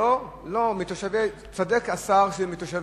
לא, מתושבי המקום.